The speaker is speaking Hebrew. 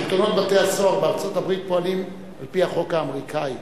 שלטונות בתי-הסוהר בארצות-הברית פועלים על-פי החוק האמריקני.